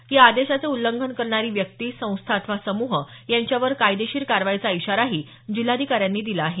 या आदेशाचे उल्लंघन करणारी व्यक्ती संस्था अथवा समूह यांच्यावर कायदेशीर कारवाईचा इशारा जिल्हाधिकाऱ्यांनी दिला आहे